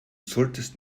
solltest